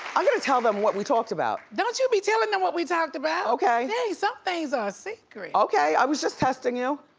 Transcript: i'm gonna tell them what we talked about. don't you be telling them what we talked about. okay. dang, some things are a secret. okay, i was just testing you.